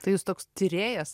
tai jūs toks tyrėjas